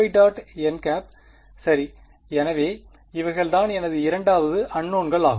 n சரி எனவே இவைகள் தான் எனது 2 அன்நோவ்ன்கள் ஆகும்